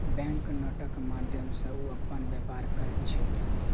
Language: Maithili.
बैंक नोटक माध्यम सॅ ओ अपन व्यापार करैत छैथ